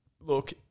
look